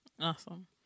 Awesome